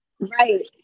Right